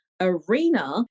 Arena